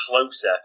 closer